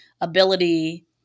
ability